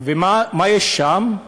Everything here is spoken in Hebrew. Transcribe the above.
ומה יש שם?